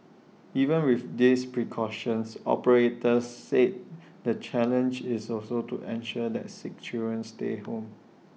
even with these precautions operators said the challenge is also to ensure that sick children stay home